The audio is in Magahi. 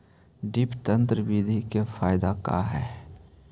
ड्रिप तन्त्र बिधि के फायदा का है?